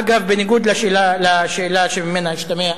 אגב, בניגוד לשאלה שממנה השתמע,